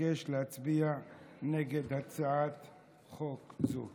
אבקש להצביע נגד הצעת חוק זו.